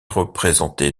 représente